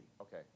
Okay